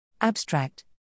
Abstract